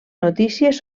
notícies